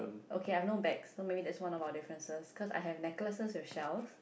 okay I no bags so maybe that's one of our differences cause I have necklaces with shells